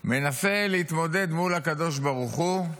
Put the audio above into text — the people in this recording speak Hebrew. מנסה להתמודד מול הקדוש ברוך הוא,